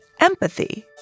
empathy